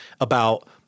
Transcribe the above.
about-